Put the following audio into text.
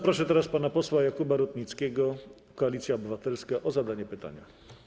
Proszę teraz pana posła Jakuba Rutnickiego, Koalicja Obywatelska, o zadanie pytania.